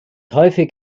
häufig